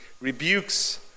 rebukes